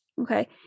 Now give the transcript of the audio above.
Okay